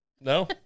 No